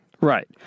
Right